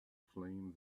flame